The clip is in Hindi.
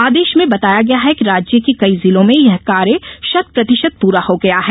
आदेश में बताया गया है कि राज्य के कई जिलों में यह कार्य शतप्रतिशत पूरा हो गया है